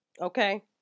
Okay